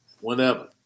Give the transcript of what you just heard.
whenever